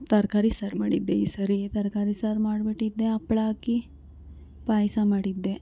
ತರಕಾರಿ ಸಾರು ಮಾಡಿದ್ದೆ ಈ ಸರಿ ತರಕಾರಿ ಸಾರು ಮಾಡಿಬಿಟ್ಟಿದ್ದೆ ಹಪ್ಳ ಹಾಕಿ ಪಾಯಸ ಮಾಡಿದ್ದೆ